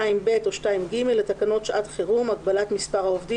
2ב או 2ג לתקנות שעת חירום (הגבלת מספר העובדים